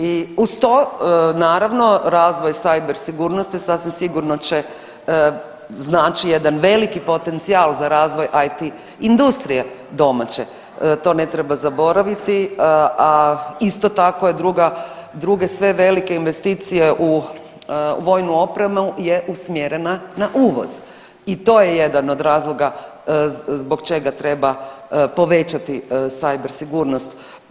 I uz to naravno razvoj cyber sigurnosti sasvim sigurno će znači jedan veliki potencijal za razvoj IT industrije domaće, to ne treba zaboraviti, a isto tako druge sve velike investicije u vojnu opremu je usmjerena na uvoz i to je jedan od razloga zbog čega treba povećati cyber sigurnost.